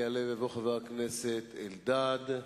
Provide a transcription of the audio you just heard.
יעלה ויבוא חבר הכנסת אריה אלדד,